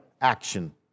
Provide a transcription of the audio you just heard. action